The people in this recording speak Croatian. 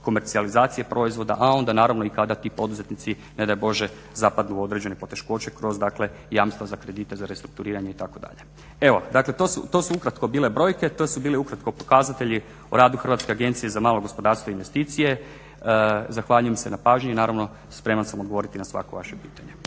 komercijalizacije proizvoda, a onda naravno i kada ti poduzetnici ne daj bože zapadnu u određene poteškoće kroz, dakle jamstva za kredite za restrukturiranje itd. Evo dakle to su ukratko bile brojke, to su bili ukratko pokazatelji o radu Hrvatske agencije za malo gospodarstvo i investicije. Zahvaljujem se na pažnji i naravno spreman sam odgovoriti na svako vaše pitanje.